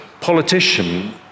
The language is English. politician